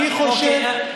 אני חושב,